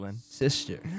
sister